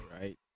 right